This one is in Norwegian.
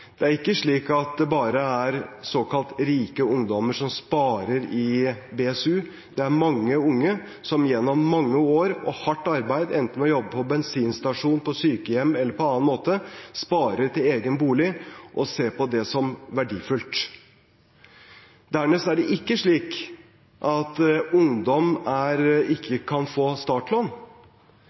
Det er ikke slik at det bare er såkalt rike ungdommer som sparer i BSU. Det er mange unge som gjennom mange år og hardt arbeid – ved å jobbe på bensinstasjon, på sykehjem eller på annen måte – sparer til egen bolig og ser på det som verdifullt. Dernest er det ikke slik at ungdom ikke kan få startlån.